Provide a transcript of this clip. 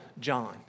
John